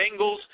Bengals